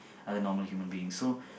other normal human beings so